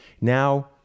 Now